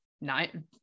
nine